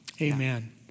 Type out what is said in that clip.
Amen